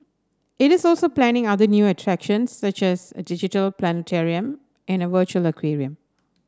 it is also planning other new attractions such as a digital planetarium and a virtual aquarium